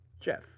Jeff